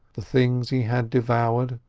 the things he had devoured,